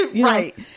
right